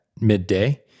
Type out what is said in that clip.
midday